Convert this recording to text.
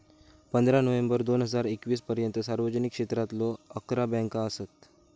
पंधरा नोव्हेंबर दोन हजार एकवीस पर्यंता सार्वजनिक क्षेत्रातलो अकरा बँका असत